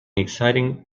excited